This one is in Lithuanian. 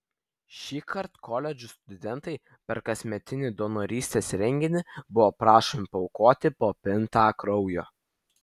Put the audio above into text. šįkart koledžų studentai per kasmetinį donorystės renginį buvo prašomi paaukoti po pintą kraujo